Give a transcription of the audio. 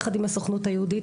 יחד עם הסוכנות היהודית,